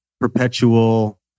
perpetual